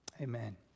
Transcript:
Amen